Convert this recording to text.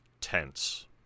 tense